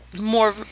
more